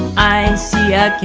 i see a